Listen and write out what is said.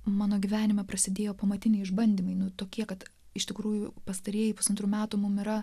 mano gyvenime prasidėjo pamatiniai išbandymai tokie kad iš tikrųjų pastarieji pusantrų metų mums yra